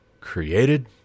Created